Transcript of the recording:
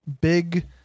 big